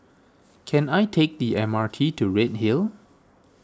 can I take the M R T to Redhill